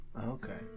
okay